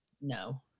No